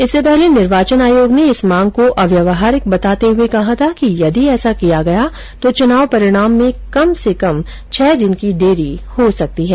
इससे पहले निर्वाचन आयोग ने इस मांग को अव्यावहारिक बताते हुए कहा था कि यदि ऐसा किया गया तो चुनाव परिणाम में कम से कम छह दिन की देरी हो सकती है